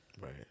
Right